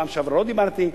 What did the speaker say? בפעם שעברה לא דיברתי.